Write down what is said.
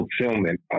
fulfillment